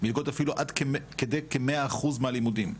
אפילו עד כ-100% מהלימודים.